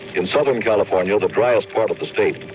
in southern california, the driest part of the state,